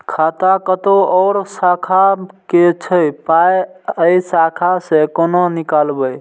खाता कतौ और शाखा के छै पाय ऐ शाखा से कोना नीकालबै?